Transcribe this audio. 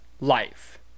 Life